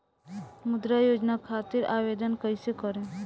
मुद्रा योजना खातिर आवेदन कईसे करेम?